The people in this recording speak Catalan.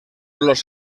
los